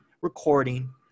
recording